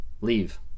leave